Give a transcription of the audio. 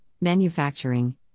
manufacturing